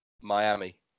Miami